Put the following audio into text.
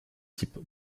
type